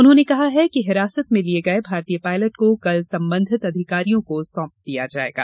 उन्होंने कहा है कि हिरासत में लिए गए भारतीय पायलट को कल संबंधित अधिकारियों को सौंप दिया जायेगा